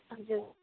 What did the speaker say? हजुर